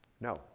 No